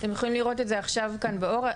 אתם יכולים לראות את זה עכשיו כאן באור.